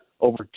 over